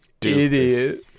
idiot